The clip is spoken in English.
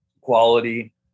quality